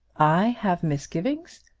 i have misgivings!